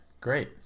great